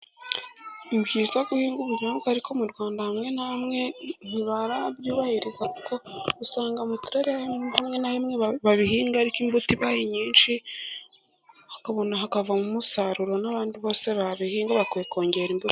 Ni byiza guhinga ubunyobwa ariko mu Rwanda hamwe na hamwe ntibarabyubahiriza, kuko usanga mu turere rimwe na rimwe babihinga. Ariko imbuto ibaye nyinshi bakabona hari kuvamo umusaruro, n'abandi bose babihinga bakwiye kongera imbuto.